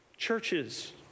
Churches